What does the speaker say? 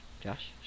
Josh